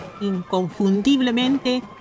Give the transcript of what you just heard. inconfundiblemente